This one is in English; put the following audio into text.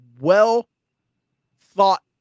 well-thought